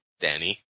Danny